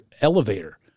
elevator